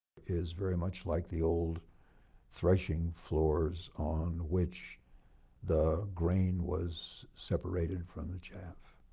is very much like the old threshing floors on which the grain was separated from the chaff,